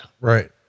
Right